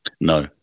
No